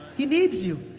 he needs you.